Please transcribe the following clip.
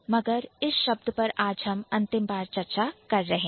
मगर इस शब्द पर आज हम अंतिम बार चर्चा कर रहे हैं